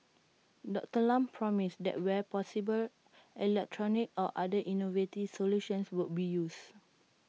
Doctor Lam promised that where possible electronic or other innovative solutions would be used